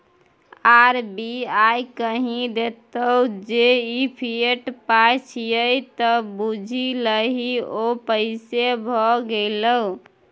RBI कहि देतौ जे ई फिएट पाय छियै त बुझि लही ओ पैसे भए गेलै